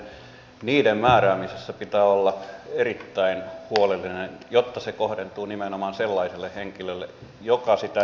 sen tähden sen määräämisessä pitää olla erittäin huolellinen jotta se kohdentuu nimenomaan sellaiselle henkilölle joka sitä ensisijaisesti tarvitsee